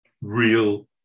real